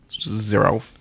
zero